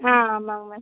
ஆ ஆமாங்க மேம்